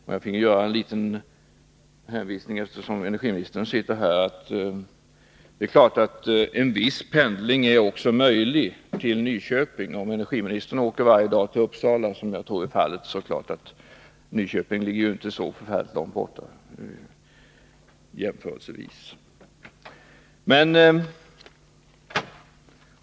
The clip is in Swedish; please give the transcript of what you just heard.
Eftersom energiministern är här i kammaren vill jag göra ett litet påpekande om att en viss pendling till Nyköping är möjlig. Jag tror att energiministern så gott som varje dag åker mellan Uppsala och Stockholm, och Nyköping ligger vid en sådan jämförelse inte så förfärligt långt borta.